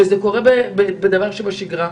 וזה קורה כדבר שבשגרה.